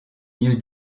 mieux